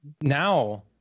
now